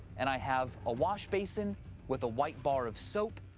and i have a wash basin with a white bar of soap,